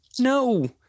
No